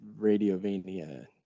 Radiovania